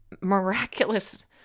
miraculous